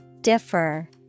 Differ